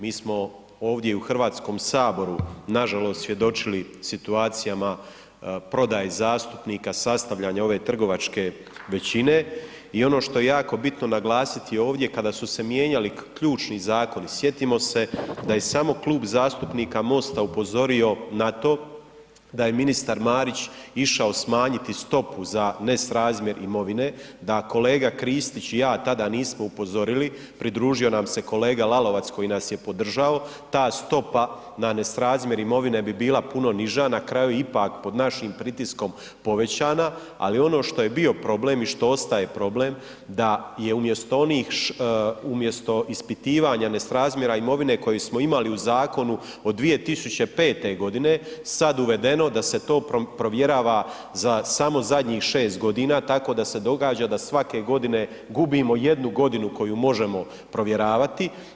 Mi smo ovdje u HS-u nažalost svjedočili situacijama prodaje zastupnika, sastavljanju ove trgovačke većine i ono što je jako bitno naglasiti ovdje, kada su se mijenjali ključni zakoni, sjetimo se da je samo Klub zastupnika MOST-a upozorio na to da je ministar Marić išao smanjiti stopu za nesrazmjer imovine, da kolega Kristić i ja tada nismo upozorili, pridružio nam se kolega Lalovac koji nas je podržao, ta stopa na nesrazmjer imovine bi bila puno niža, na kraju ipak pod našim pritiskom povećana, ali ono što je bio problem i što ostaje problem da je umjesto onih, umjesto ispitivanja nesrazmjera imovine koju smo imali u zakonu od 2005. godine, sad uvedeno da se to provjerava za samo zadnjih 6 godina, tako da se događa da svake godine gubimo jednu godinu koju možemo provjeravati.